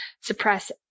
suppress